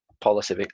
policy